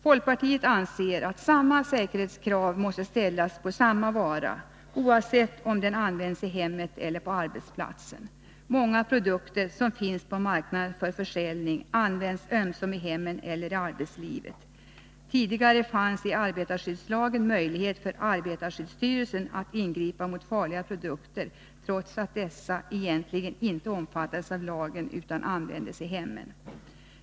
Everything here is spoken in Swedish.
Folkpartiet anser att samma säkerhetskrav måste ställas på en vara oavsett om den används i hemmet eller på arbetsplatsen. Många produkter som finns för försäljning på marknaden används ömsom i hemmen och i arbetslivet. Tidigare fanns i arbetarskyddslagen möjlighet för arbetarskyddsstyrelsen att ingripa mot farliga produkter, trots att dessa egentligen var sådana som inte omfattades av lagen utan användes i hemmen.